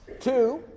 Two